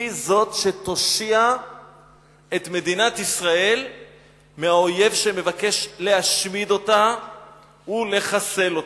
היא זאת שתושיע את מדינת ישראל מהאויב שמבקש להשמיד אותה ולחסל אותה.